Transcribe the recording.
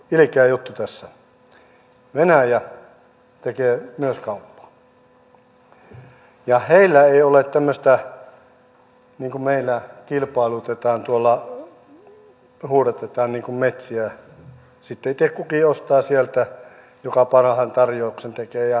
venäjä tekee myös kauppaa ja heillä ei ole tämmöistä niin kuin meillä että kilpailutetaan tuolla huudatetaan metsiä sitten itse kukin ostaa sieltä joka parhaan tarjouksen tekee ja myyjä myy